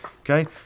Okay